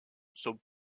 son